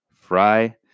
fry